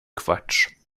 quatsch